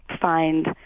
find